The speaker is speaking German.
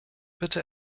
bitte